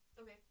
Okay